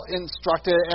instructed